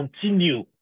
continue